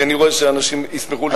כי אני רואה שאנשים ישמחו לשמוע.